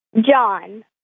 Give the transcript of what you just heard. John